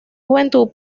juventud